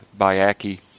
Bayaki